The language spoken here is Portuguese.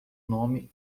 nome